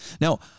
Now